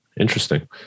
Interesting